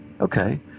okay